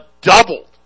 doubled